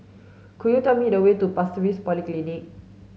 could you tell me the way to Pasir Ris Polyclinic